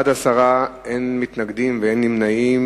בעד, 10, אין מתנגדים ואין נמנעים.